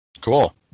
Cool